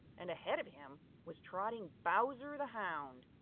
and ahead of him was trotting bowser the hound.